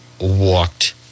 walked